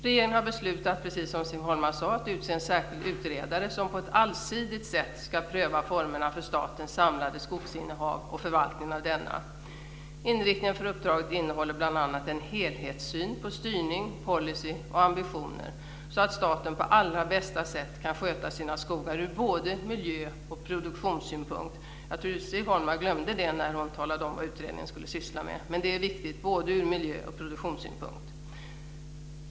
Regeringen har beslutat, precis som Siv Holma sade, att utse en särskild utredare som på ett allsidigt sätt ska pröva formerna för statens samlade skogsinnehav och förvaltningen av denna. Inriktningen för uppdraget innehåller bl.a. en helhetssyn på styrning, policy och ambitioner, så att staten på allra bästa sätt kan sköta sina skogar ur både miljö och produktionssynpunkt. Siv Holma glömde det när hon talade om vad utredningen skulle syssla med, men det är viktigt både ur miljö och produktionssynpunkt.